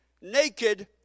naked